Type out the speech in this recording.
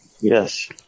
yes